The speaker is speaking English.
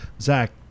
Zach